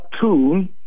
two